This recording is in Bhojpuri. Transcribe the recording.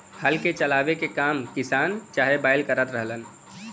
हल के चलावे के काम किसान चाहे बैल करत रहलन